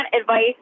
advice